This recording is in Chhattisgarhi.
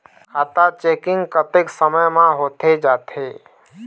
खाता चेकिंग कतेक समय म होथे जाथे?